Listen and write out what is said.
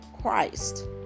Christ